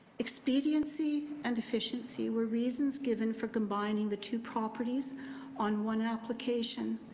expediency and efficiency were reasons given for come pining the two properties on one application,